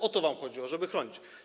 O to wam chodziło - żeby chronić.